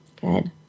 Good